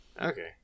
Okay